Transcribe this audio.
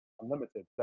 unlimited